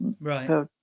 Right